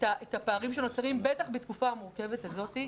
את הפערים שנוצרים, בטח בתקופה המורכבת הזאת.